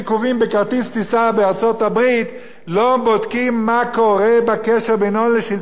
לארצות-הברית לא בודקים מה קורה בקשר בין הון לשלטון במשרדי הממשלה.